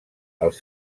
els